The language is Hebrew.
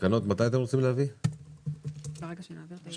מתי אתם רוצים להביא את התקנות?